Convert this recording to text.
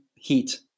Heat